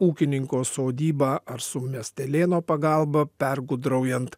ūkininko sodybą ar su miestelėno pagalba pergudraujant